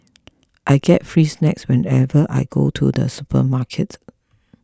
I get free snacks whenever I go to the supermarket